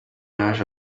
haje